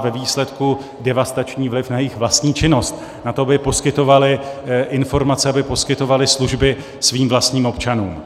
že to má ve výsledku devastační vliv na jejich vlastní činnost, na to, aby poskytovaly informace, aby poskytovaly služby svým vlastním občanům.